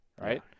right